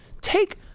take